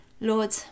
Lord